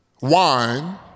wine